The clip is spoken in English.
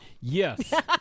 Yes